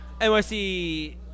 NYC